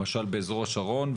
למשל באזור השרון.